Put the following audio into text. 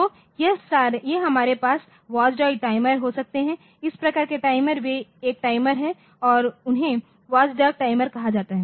तो यह हमारे पास वाचडॉग टाइमर हो सकतेहै इस प्रकार के टाइमर वे एक टाइमर हैं और उन्हें वॉचडॉग टाइमर कहा जाता है